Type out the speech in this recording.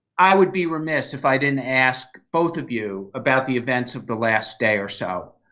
i would be remiss if i didn't ask both of you about the events of the last day or so.